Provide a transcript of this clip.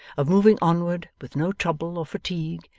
of moving onward with no trouble or fatigue,